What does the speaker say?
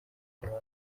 abandi